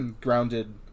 grounded